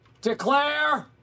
declare